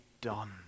done